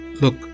Look